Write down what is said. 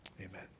amen